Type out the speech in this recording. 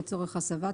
לצורך הסבה,